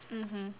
mmhmm